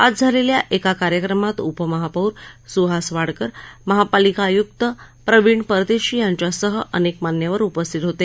आज झालेल्या एका कार्यक्रमात उपमहापौर सुहास वाडकर महापलिका आयुक्त प्रवीण परदेशी यांच्यासह अनेक मान्यवर उपस्थित होते